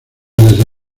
desde